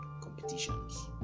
competitions